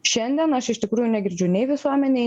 šiandien aš iš tikrųjų negirdžiu nei visuomenėj